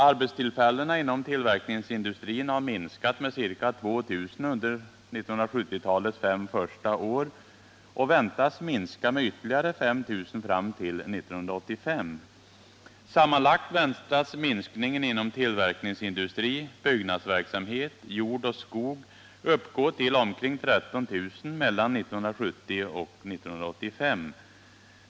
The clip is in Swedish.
Arbetstillfällena inom tillverkningsindustrin har minskat med ca 2 000 under 1970-talets fem första år och väntas minska med ytterligare 5 000 fram till 1985. Sammanlagt väntas minskningen inom tillverkningsindustri, byggnadsverksamhet, jord och skog uppgå till omkring 13 000 mellan 1970 och 1985.